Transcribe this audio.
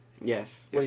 Yes